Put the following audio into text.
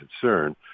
concern